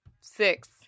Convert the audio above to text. six